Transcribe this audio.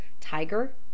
tiger